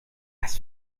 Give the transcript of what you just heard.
was